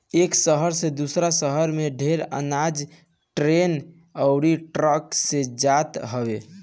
एक शहर से दूसरा शहर में ढेर अनाज ट्रेन अउरी ट्रक से जात हवे